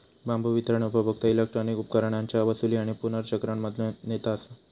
बांबू वितरण उपभोक्ता इलेक्ट्रॉनिक उपकरणांच्या वसूली आणि पुनर्चक्रण मधलो नेता असा